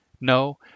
No